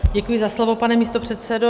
Děkuji za slovo, pane místopředsedo.